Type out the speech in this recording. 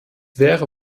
wäre